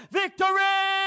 victory